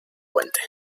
puente